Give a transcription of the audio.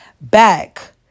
back